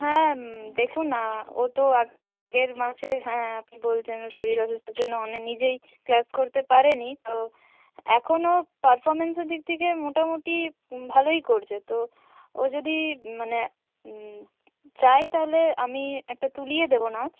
হ্যাঁ দেখুন ও তো আগের মাসে হ্যাঁ আপনি বলতেন ওর শরীর অসুস্থর জন্য মানে নিজেই ক্লাস করতে পারেনি তো এখনও পারফরমেন্সের দিক থেকে মোটামুটি ভালোই করছে তো ও যদি মানে চায় তাহলে আমি একটা তুলিয়ে দেবো নাচ